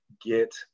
get